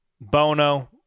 Bono